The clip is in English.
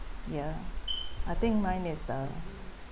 ya I think mine is uh